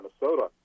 Minnesota